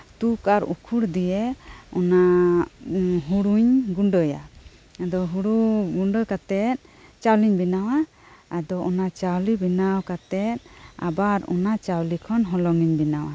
ᱛᱩᱠ ᱟᱨ ᱩᱠᱷᱩᱲ ᱫᱤᱭᱮ ᱚᱱᱟ ᱦᱩᱲᱩᱧ ᱜᱩᱸᱰᱟᱹᱭᱟ ᱟᱫᱚ ᱦᱩᱲᱩ ᱜᱩᱸᱰᱟᱹ ᱠᱟᱛᱮᱜ ᱪᱟᱣᱞᱤᱧ ᱵᱮᱱᱟᱣᱟ ᱟᱫᱚ ᱚᱱᱟ ᱪᱟᱣᱞᱮ ᱵᱮᱱᱟᱣ ᱠᱟᱛᱮᱜ ᱟᱵᱟᱨ ᱚᱱᱟ ᱪᱟᱣᱞᱮ ᱠᱷᱚᱱ ᱦᱚᱞᱚᱝ ᱤᱧ ᱵᱮᱱᱟᱣᱟ